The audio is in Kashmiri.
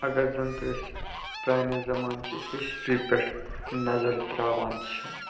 اگر زَنتہٕ أسۍ پرٛانہِ زمانچہِ ہِسٹرٛی پٮ۪ٹھ نظر ترٛاوان چھِ